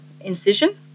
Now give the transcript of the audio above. incision